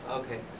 okay